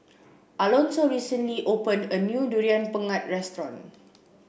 Alonso recently opened a new durian pengat restaurant